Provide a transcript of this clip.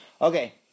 Okay